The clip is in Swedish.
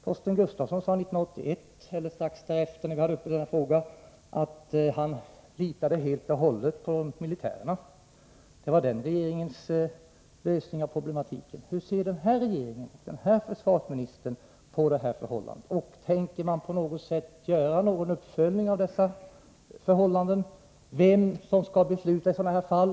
Torsten Gustafsson sade, när vi efter händelserna 1981 hade motsvarande fråga uppe till behandling, att han helt och hållet litade på militärerna. Det var den regeringens lösning på problematiken. Hur ser den nuvarande regeringen och den nuvarande försvarsministern på de här förhållandena? Tänker regeringen göra någon form av uppföljning för att klarlägga vem som skall besluta i sådana här fall?